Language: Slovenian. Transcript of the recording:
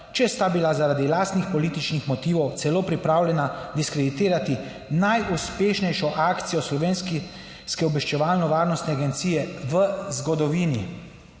če sta bila, zaradi lastnih političnih motivov celo pripravljena diskreditirati najuspešnejšo akcijo Slovenske obveščevalno varnostne agencije v zgodovini.